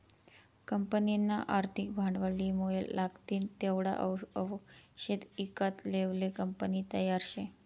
कंपनीना आर्थिक भांडवलमुये लागतीन तेवढा आवषदे ईकत लेवाले कंपनी तयार शे